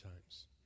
times